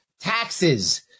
taxes